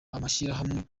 amashyirahamwe